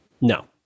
no